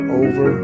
over